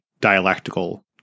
dialectical